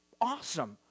awesome